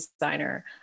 designer